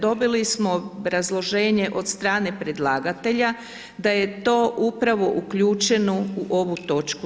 Dobili smo obrazloženje od strane predlagatelja da je to upravo uključeno u ovo toč.